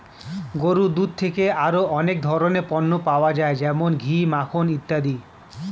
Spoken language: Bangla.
গরুর দুধ থেকে আরো অনেক ধরনের পণ্য পাওয়া যায় যেমন ঘি, মাখন ইত্যাদি